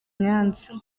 nyanza